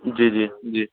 जी जी जी